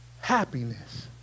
happiness